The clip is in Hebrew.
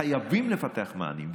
חייבים לפתח מענים.